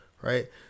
right